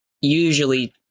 usually